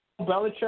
Belichick